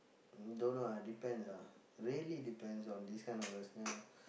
mm don't know ah depends ah really depends on this kind of